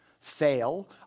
Fail